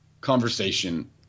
conversation